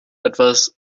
etwas